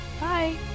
bye